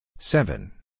Seven